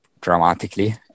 dramatically